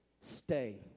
stay